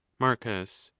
marcus.